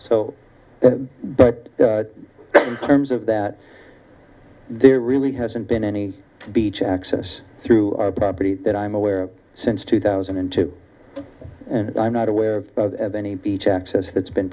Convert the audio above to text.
so but terms of that there really hasn't been any beach access through our property that i'm aware of since two thousand and two and i'm not aware of any beach access that's been